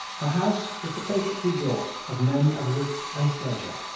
her house was the favourite resort of men of wit and pleasure,